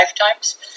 lifetimes